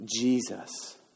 Jesus